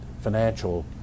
financial